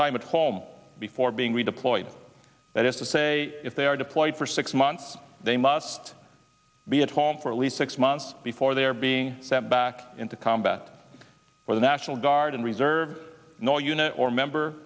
time at home before being redeployed that is to say if they are deployed for six months they must be at home for at least six months before they're being that back into combat for the national guard and reserve or no unit or member